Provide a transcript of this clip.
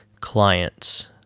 clients